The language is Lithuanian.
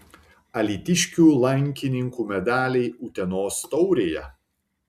alytiškių lankininkų medaliai utenos taurėje